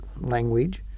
language